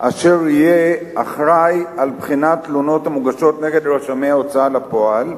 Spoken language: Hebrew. אשר יהיה אחראי לבחינת תלונות המוגשות נגד רשמי ההוצאה לפועל.